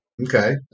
Okay